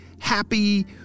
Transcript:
happy